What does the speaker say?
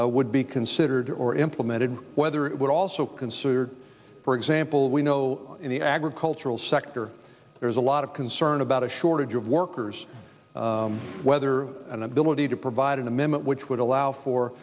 act would be considered or implemented whether it would also consider for example we know in the agricultural sector there's a lot of concern about a shortage of workers whether an ability to provide an which would allow for